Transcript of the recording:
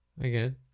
Again